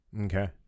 Okay